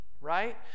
right